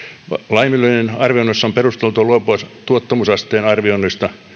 laiminlyönnin arvioinnissa on perusteltua luopua tuottamusasteen arvioinnista